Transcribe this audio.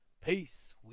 peace